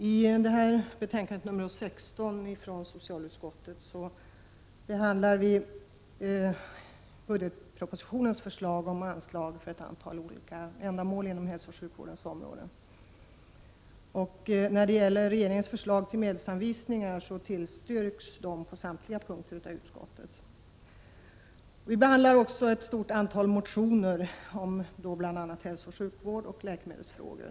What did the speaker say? Herr talman! I betänkande 16 från socialutskottet behandlas budgetpropositionens förslag om anslag för ett antal olika ändamål inom hälsooch sjukvården. Regeringens förslag till medelsanvisningar tillstyrks av utskottet på samtliga punkter. Utskottet behandlar också ett stort antal motioner om bl.a. hälsooch sjukvård samt läkemedelsfrågor.